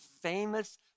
famous